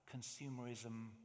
consumerism